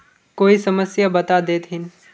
कोई समस्या बता देतहिन?